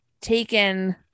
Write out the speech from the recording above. taken